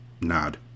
Nod